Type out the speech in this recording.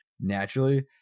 naturally